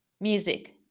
Music